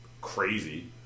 crazy